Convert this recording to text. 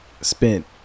spent